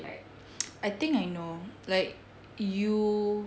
I think I know like you